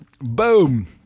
Boom